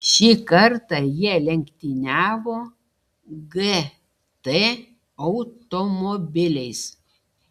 šį kartą jie lenktyniavo gt automobiliais